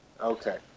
Okay